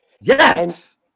Yes